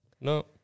No